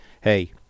hey